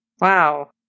Wow